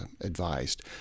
advised